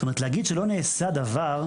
זאת אומרת להגיד שלא נעשה דבר,